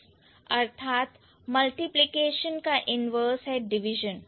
addition का inverse है subtraction और मल्टीप्लिकेशन का इन्वर्स है डिवीजन